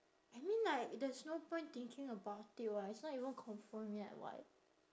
I mean like there's no point thinking about it [what] it's not even confirmed yet [what]